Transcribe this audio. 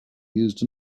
used